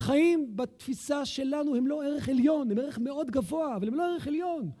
חיים בתפיסה שלנו הם לא ערך עליון, הם ערך מאוד גבוה, אבל הם לא ערך עליון